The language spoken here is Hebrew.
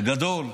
בגדול,